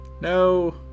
No